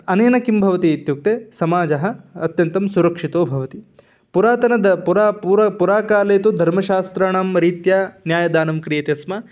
अनेन किं भवति इत्युक्ते सामाजः अत्यन्तं सुरक्षितो भवति पुरातनं पुरापूर्वपुराकाले तु धर्मशास्त्राणां रीत्या न्यायदानं क्रियते स्म